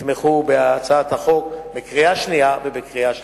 יתמכו בה בקריאה שנייה ובקריאה שלישית.